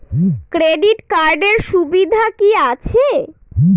Credit কার্ডের সুবিধা কি আছে?